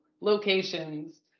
locations